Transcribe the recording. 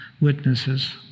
witnesses